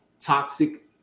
toxic